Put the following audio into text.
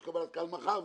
יש קבלת קהל מחר,